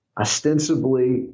ostensibly